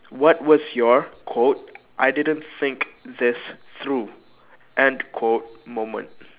what was your quote I didn't think this through end quote moment